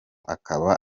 akaba